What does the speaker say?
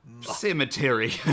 Cemetery